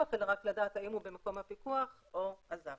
אלא רק לדעת האם הוא במקום הפיקוח או עזב.